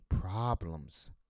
problems